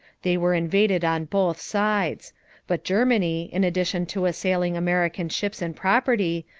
they were invaded on both sides but germany, in addition to assailing american ships and property,